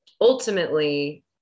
ultimately